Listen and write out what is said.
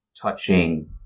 touching